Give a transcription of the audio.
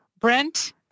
Brent